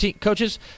coaches